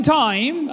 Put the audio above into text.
time